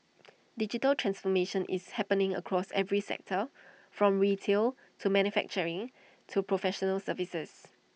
digital transformation is happening across every sector from retail to manufacturing to professional services